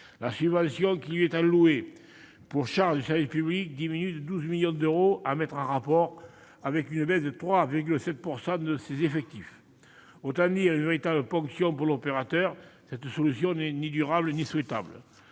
La subvention qui lui est allouée pour charges de service public diminue de 12 millions d'euros, à mettre en rapport avec une baisse de 3,7 % de ses effectifs, autant dire une véritable ponction pour l'opérateur. Cette solution n'est ni durable ni souhaitable.